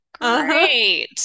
Great